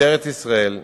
ממשטרת ישראל,